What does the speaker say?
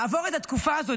לעבור את התקופה הזאת,